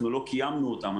אנחנו לא קיימנו אותם,